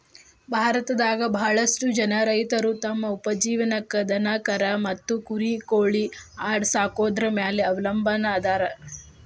ಭಾರತದಾಗ ಬಾಳಷ್ಟು ಜನ ರೈತರು ತಮ್ಮ ಉಪಜೇವನಕ್ಕ ದನಕರಾ ಮತ್ತ ಕುರಿ ಕೋಳಿ ಆಡ ಸಾಕೊದ್ರ ಮ್ಯಾಲೆ ಅವಲಂಬನಾ ಅದಾರ